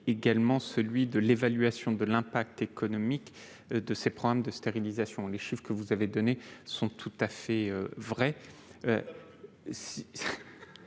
également celui de l'évaluation de l'impact économique de cette opération. Les chiffres que vous avez donnés sont tout à fait exacts,